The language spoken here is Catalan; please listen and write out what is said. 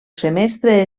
semestre